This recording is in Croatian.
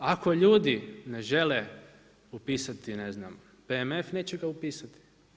Ako ljudi ne žele upisati ne znam PMF neće ga upisati.